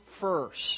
first